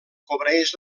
cobreix